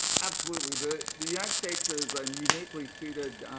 absolutely. the the united states is i mean uniquely suited